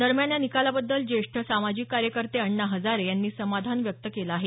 दरम्यान या निकालाबद्दल ज्येष्ठ सामाजिक कार्यकर्ते अण्णा हजारे यांनी समाधान व्यक्त केलं आहे